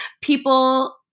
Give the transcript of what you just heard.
people